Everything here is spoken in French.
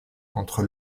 contre